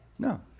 No